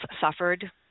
suffered